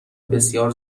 بسیار